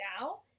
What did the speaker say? now